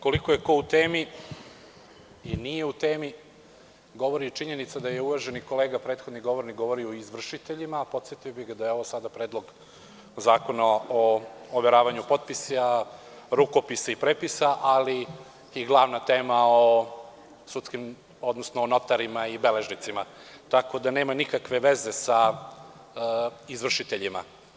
Koliko je ko u temi i nije u temi govori činjenica da je uvaženi kolega prethodni govornik, govorio o izvršiteljima, a podsetio bih ga da je ovo sada Predloga zakona o overavanju potpisa, rukopisa i prepisa, ali i glavna tema o notarima i beležnicima, tako da nema nikakve veze sa izvršiteljima.